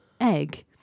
egg